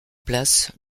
place